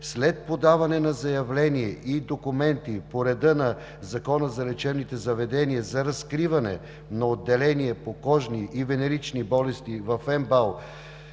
след подаване на заявление и документи по реда на Закона за лечебните заведения за разкриване на отделение по кожни и венерични болести в МБАЛ